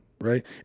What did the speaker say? Right